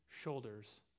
shoulders